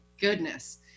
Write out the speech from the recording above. goodness